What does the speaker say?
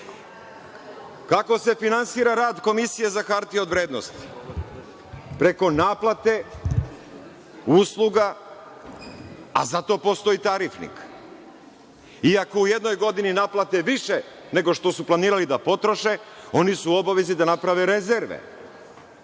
se finansira rad Komisije za hartije od vrednosti? Preko naplate usluga, a za to postoji tarifnik, i ako u jednoj godini naplate više nego što su planirali da potroše, oni su u obavezi da naprave rezerve,